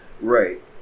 Right